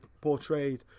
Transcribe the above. portrayed